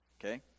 okay